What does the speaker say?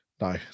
No